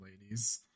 ladies